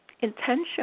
intention